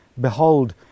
Behold